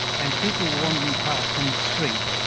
and people were wandering past in the street,